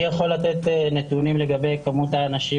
אני יכול לתת נתונים לגבי כמות האנשים